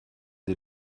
sie